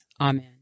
Amen